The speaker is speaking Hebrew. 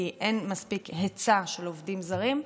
כי אין מספיק היצע של עובדים זרים.